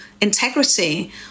integrity